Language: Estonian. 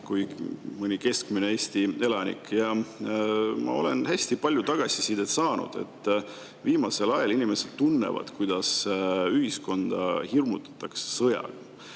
kui keskmine Eesti elanik – ja ma olen hästi palju tagasisidet saanud. Viimasel ajal inimesed tunnevad, kuidas ühiskonda hirmutatakse sõjaga.